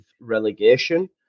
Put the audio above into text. relegation